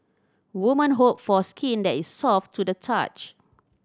woman hope for skin that is soft to the touch